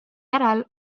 järel